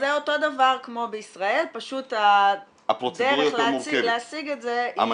זה אותו דבר כמו בישראל פשוט הדרך להשיג את זה היא